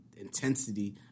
intensity